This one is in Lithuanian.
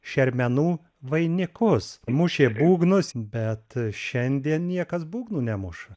šermenų vainikus mušė būgnus bet šiandien niekas būgnų nemuša